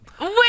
Wait